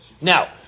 Now